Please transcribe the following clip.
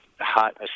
hot